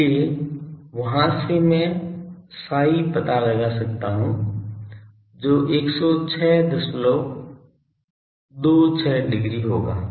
इसलिए वहां से मैं ψ पता लगा सकता हूं जो 10626 डिग्री होगा